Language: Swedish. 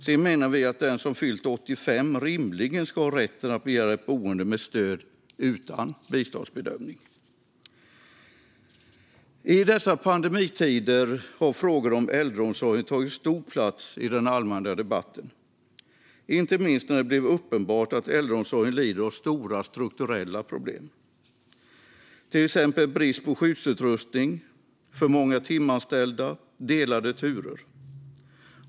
Sedan menar vi att den som fyllt 85 rimligen ska ha rätt att begära ett boende med stöd utan biståndsbedömning. I dessa pandemitider har frågor om äldreomsorgen tagit stor plats i den allmänna debatten, inte minst när det blivit uppenbart att äldreomsorgen lider av stora strukturella problem. Det handlar till exempel om brist på skyddsutrustning, för många timanställda och delade turer.